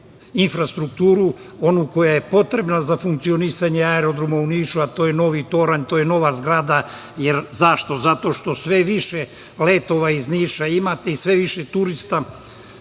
infrastrukturu, onu koja je potrebna za funkcionisanje aerodroma u Nišu, a to je novi toranj, to je nova zgrada? Zašto? Zato što sve više letova iz Niša imate i sve više